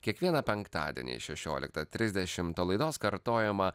kiekvieną penktadienį šešioliktą trisdešimt o laidos kartojimą